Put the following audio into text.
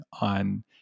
on